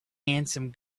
handsome